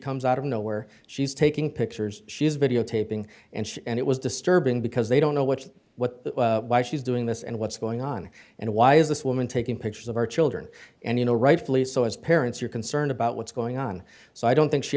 comes out of nowhere she's taking pictures she's videotaping and it was disturbing because they don't know what what the why she's doing this and what's going on and why is this woman taking pictures of our children and you know rightfully so as parents are concerned about what's going on so i don't think she